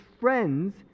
friends